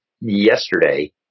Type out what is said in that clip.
yesterday